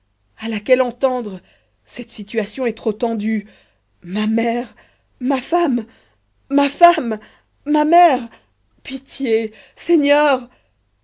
à laquelle entendre cette situation est trop tendue ma mère ma femme ma femme ma mère pitié